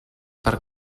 per